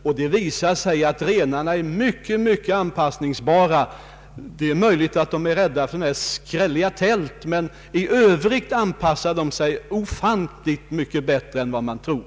Den undersökningen visade att renarna är mycket anpassningsbara. Det är möjligt att de är rädda för skrälliga tält, men i övrigt anpassar de sig ofantligt mycket bättre än vad man tror.